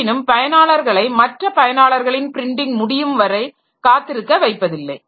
இருப்பினும் பயனாளர்களை மற்ற பயனாளரின் பிரின்டிங் முடியும் வரை காத்திருக்க வைப்பதில்லை